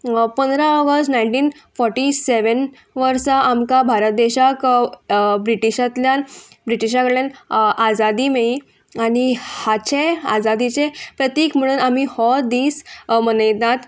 पंदरा August nineteen forty seven वर्सा आमकां भारत देशाक ब्रिटिशांतल्यान ब्रिटिशा कडल्यान आजादी मेळ्ळी आनी हाचे आजादीचे प्रतीक म्हणून आमी हो दीस मनयतात